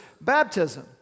baptism